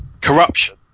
corruption